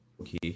Okay